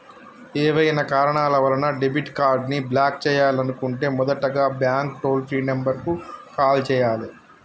ఏవైనా కారణాల వలన డెబిట్ కార్డ్ని బ్లాక్ చేయాలనుకుంటే మొదటగా బ్యాంక్ టోల్ ఫ్రీ నెంబర్ కు కాల్ చేయాలే